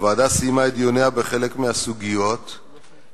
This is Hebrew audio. הוועדה סיימה את דיוניה בחלק מהסוגיות וסברה